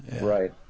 Right